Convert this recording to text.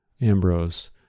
Ambrose